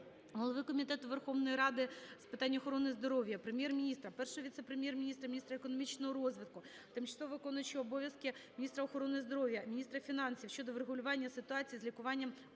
голови Комітету Верховної Ради з питань охорони здоров'я, Прем'єр-міністра, Першого віце-прем'єр-міністра – міністра економічного розвитку, тимчасово виконуючої обов'язки міністра охорони здоров'я, міністра фінансів щодо врегулювання ситуації з лікуванням